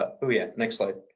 ah oh, yeah. next slide.